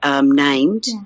named